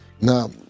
Now